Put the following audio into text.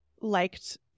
liked